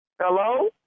Hello